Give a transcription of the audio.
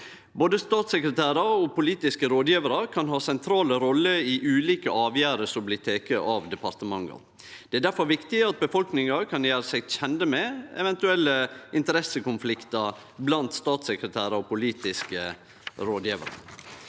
Både statssekretærar og politiske rådgjevarar kan ha sentrale roller i ulike avgjerder som blir tekne av departementa. Det er difor viktig at befolkninga kan gjere seg kjend med eventuelle interessekonfliktar blant statssekretærar og politiske rådgjevarar.